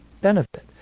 benefit